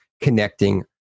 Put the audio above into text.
connecting